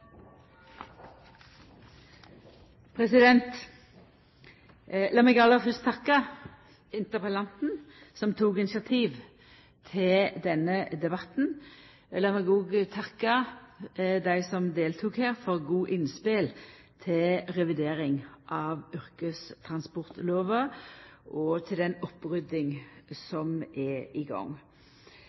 meg aller fyrst takka interpellanten som tok initiativ til denne debatten. Lat meg òg takka dei som har delteke her, for gode innspel til revidering av yrkestransportlova og til den oppryddinga som er i gang.